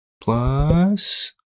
Plus